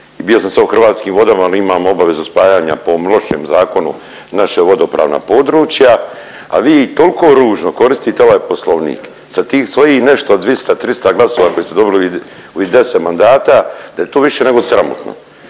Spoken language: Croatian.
bio sam sad u Hrvatskim vodama jer imam obavezu spajanja po ovom lošem zakonu naša vodopravna područja, a vi toliko ružno koristite ovaj Poslovnik sa tih svojih nešto 200, 300 glasova koje ste dobili u ovih 10 mandata da je to više nego sramotno.